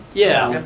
yeah.